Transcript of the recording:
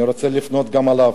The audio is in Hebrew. אני רוצה לפנות גם אליו: